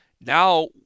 now